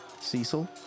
Cecil